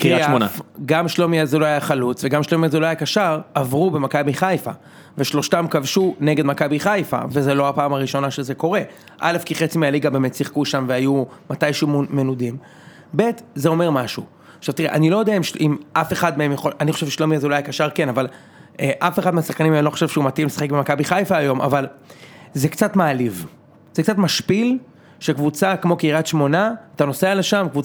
קריאף, גם שלומי אזולאי החלוץ, וגם שלומי אזולאי הקשר, עברו במכבי חיפה. ושלושתם כבשו נגד מכבי חיפה, וזה לא הפעם הראשונה שזה קורה. א', כי חצי מהליגה באמת שיחקו שם והיו מתישהו מנודים. ב', זה אומר משהו. עכשיו תראה, אני לא יודע אם אף אחד מהם יכול... אני חושב ששלומי אזולאי הקשר, כן, אבל אף אחד מהשחקנים האלה לא חושב שהוא מתאים לשחק במכבח חיפה היום, אבל זה קצת מעליב. זה קצת משפיל, שקבוצה כמו קרית שמונה, אתה נוסע לשם, קבוצה...